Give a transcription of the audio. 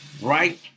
Right